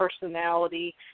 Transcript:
personality